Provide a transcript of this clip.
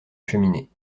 cheminée